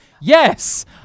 Yes